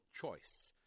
choice